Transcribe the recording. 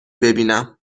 ببینم